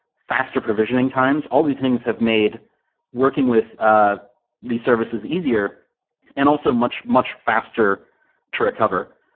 faster provisioning times. all these things have made working with ah these services easier and also much, much faster to recover.